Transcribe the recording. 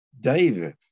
David